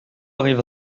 arrive